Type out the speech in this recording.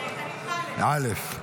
א'.